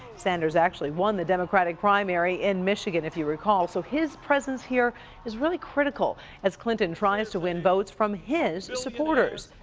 sanders actually won the democratic primary in michigan, if you recall, so his presence here is really critical as clinton tries to win votes from his supporters.